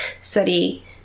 study